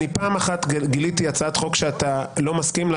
פעם אחת גיליתי הצעת חוק שאתה לא מסכים לה,